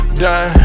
done